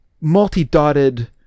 multi-dotted